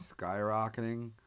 skyrocketing